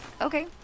okay